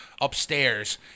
upstairs